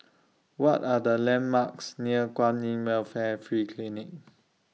What Are The landmarks near Kwan in Welfare Free Clinic